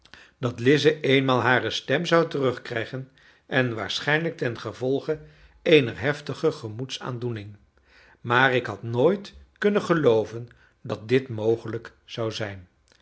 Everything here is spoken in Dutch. dat lize eenmaal hare stem zou terugkrijgen en waarschijnlijk tengevolge eener heftige gemoedsaandoening maar ik had nooit kunnen gelooven dat dit mogelijk zou zijn